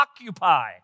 occupy